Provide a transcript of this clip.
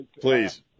Please